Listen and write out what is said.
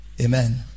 amen